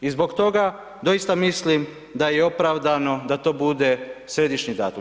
I zbog toga doista mislim, da je opravdano da to bude središnji datum.